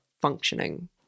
functioning